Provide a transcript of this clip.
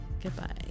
Goodbye